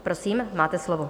Prosím, máte slovo.